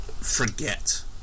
forget